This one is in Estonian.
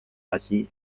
asi